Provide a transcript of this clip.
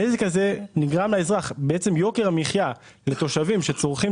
הנזק הזה נגרם לאזרח מיוקר המחיה לתושבים שצורכים